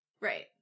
Right